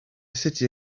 city